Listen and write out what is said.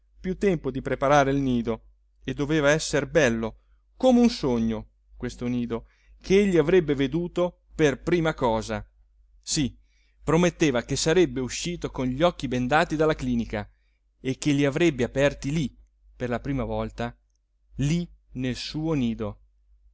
più tempo di preparare il nido e doveva esser bello come un sogno questo nido ch'egli avrebbe veduto per prima cosa sì prometteva che sarebbe uscito con gli occhi bendati dalla clinica e che li avrebbe aperti lì per la prima volta lì nel suo nido